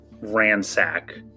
Ransack